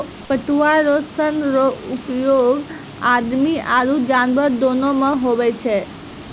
पटुआ रो सन रो उपयोग आदमी आरु जानवर दोनो मे हुवै छै